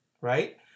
Right